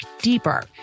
deeper